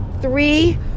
three